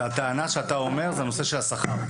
והטענה שאתה אומר זה שזה הנושא של השכר.